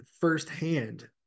firsthand